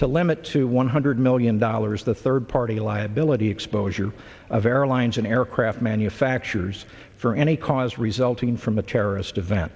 to limit to one hundred million dollars the third party liability exposure of airlines an aircraft manufacturers for any cause resulting from a terrorist event